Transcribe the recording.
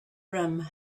rim